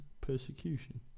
persecution